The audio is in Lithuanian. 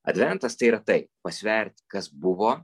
adventas tai yra tai pasvert kas buvo